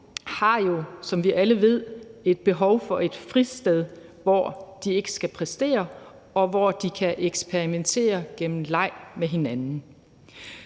har jo, som vi alle ved, et behov for et fristed, hvor de ikke skal præstere, og hvor de kan eksperimentere gennem leg med hinanden.